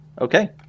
Okay